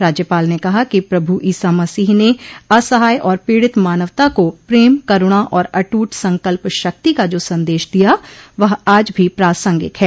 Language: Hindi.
राज्यपाल ने कहा कि प्रभु ईसा मसीह ने असहाय और पीड़ित मानवता को प्रेम करूणा और अटूट संकल्प शक्ति का जो संदेश दिया वह आज भी प्रासंगिक है